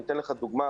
אני אתן לך דוגמה,